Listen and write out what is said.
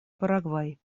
парагвай